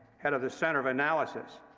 head of the center of analysis.